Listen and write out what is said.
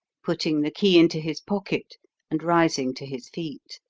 putting the key into his pocket and rising to his feet.